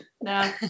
no